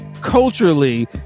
culturally